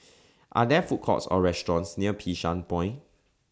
Are There Food Courts Or restaurants near Bishan Point